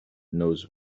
knows